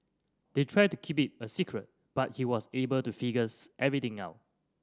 they tried to keep it a secret but he was able to figures everything out